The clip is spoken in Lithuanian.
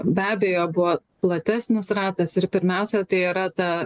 be abejo buvo platesnis ratas ir pirmiausia tai yra ta